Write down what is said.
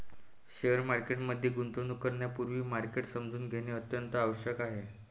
share market मध्ये गुंतवणूक करण्यापूर्वी मार्केट समजून घेणे अत्यंत आवश्यक आहे